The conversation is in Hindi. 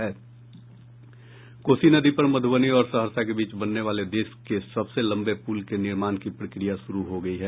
कोसी नदी पर मध्बनी और सहरसा के बीच बनने वाले देश के सबसे लम्बे पूल के निर्माण की प्रक्रिया शुरू हो गयी है